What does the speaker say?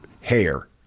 hair